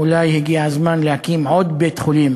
אולי הגיע הזמן להקים עוד בית-חולים,